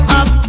up